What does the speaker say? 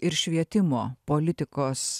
ir švietimo politikos